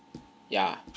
ya